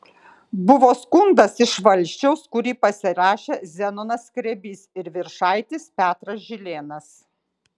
buvo skundas iš valsčiaus kurį pasirašė zenonas skrebys ir viršaitis petras žilėnas